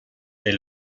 del